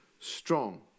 strong